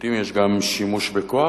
ולעתים יש גם שימוש בכוח.